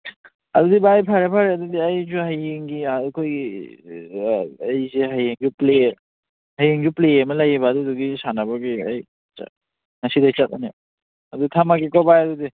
ꯑꯗꯨꯗꯤ ꯚꯥꯏ ꯐꯔꯦ ꯐꯔꯦ ꯑꯗꯨꯗꯤ ꯑꯩꯁꯨ ꯍꯌꯦꯡꯒꯤ ꯑꯩꯈꯣꯏ ꯑꯩꯁꯦ ꯍꯌꯦꯡꯁꯨ ꯄ꯭ꯂꯦ ꯍꯌꯦꯡꯁꯨ ꯄ꯭ꯂꯦ ꯑꯃ ꯂꯩꯌꯦꯕ ꯑꯗꯨꯗꯤꯒꯤ ꯁꯥꯟꯅꯕꯒꯤ ꯑꯩ ꯉꯁꯤꯗꯩ ꯆꯠꯂꯅꯤ ꯑꯗꯨ ꯊꯝꯃꯒꯦꯀꯣ ꯚꯥꯏ ꯑꯗꯨꯗꯤ